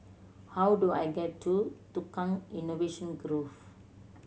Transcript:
how do I get to Tukang Innovation Grove